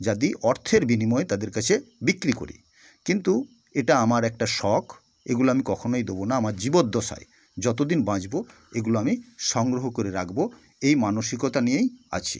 যাদি অর্থের বিনিময়ে তাদের কাছে বিক্রি করি কিন্তু এটা আমার একটা শখ এগুলো আমি কখনোই দেবো না আমার জীবদ্দশায় যতো দিন বাঁচবো এগুলো আমি সংগ্রহ করে রাখবো এই মানসিকতা নিয়েই আছি